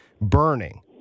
burning